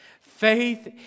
faith